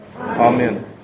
Amen